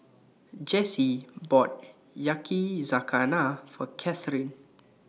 Jessy bought Yakizakana For Katherin